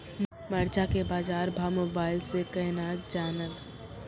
मरचा के बाजार भाव मोबाइल से कैनाज जान ब?